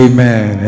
Amen